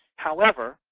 however,